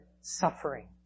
suffering